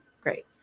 Great